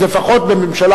אז לפחות בממשלה,